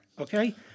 okay